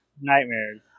nightmares